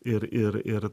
ir ir ir